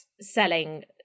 selling